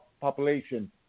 population